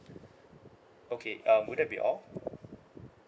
okay um would that be all